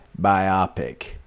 Biopic